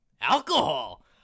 Alcohol